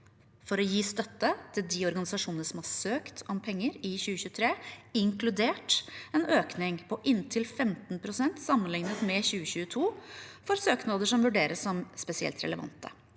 for å gi støtte til de organisasjonene som har søkt om penger i 2023, inkludert en økning på inntil 15 pst. sammenlignet med 2022, for søknader som vurderes som spesielt relevante.